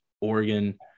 Oregon